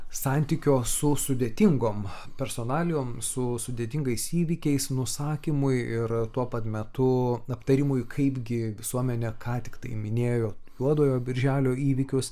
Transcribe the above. santykio su sudėtingom personalijom su sudėtingais įvykiais nusakymui ir tuo pat metu aptarimui kaipgi visuomenė ką tik tai minėjo juodojo birželio įvykius